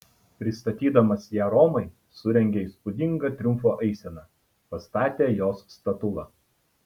pristatydamas ją romai surengė įspūdingą triumfo eiseną pastatė jos statulą